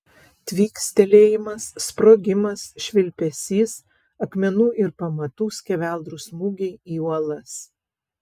tvykstelėjimas sprogimas švilpesys akmenų ir pamatų skeveldrų smūgiai į uolas